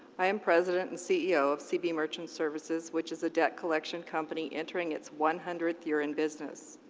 i am president and ceo of cb merchant services, which is a debt collection company entering its one hundredth year in business.